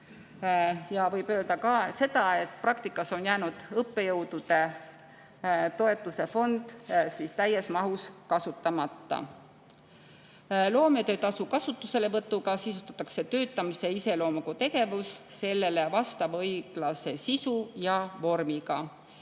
Võib öelda ka seda, et praktikas on jäänud õppejõudude toetuse fond täies mahus kasutamata. Loometöötasu kasutuselevõtuga sisustatakse töötamise iseloomuga tegevus sellele vastava õiglase sisu ja vormiga.